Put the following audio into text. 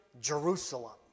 Jerusalem